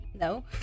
No